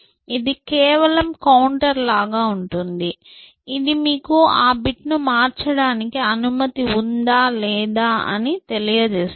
ఇది కేవలం కౌంటర్ లాగా ఉంటుంది ఇది మీకు ఆ బిట్ ను మార్చడానికి అనుమతి ఉందా లేదా అని మీకు తెలియజేస్తుంది